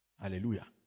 Hallelujah